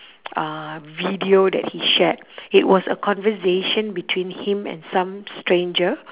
uh video that he shared it was a conversation between him and some stranger